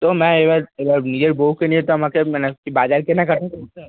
তো ম্যাম এবার এবার নিজের বউকে নিয়ে তো আমাকে মানে বাজার কেনাকাটাও করতে হবে নাকি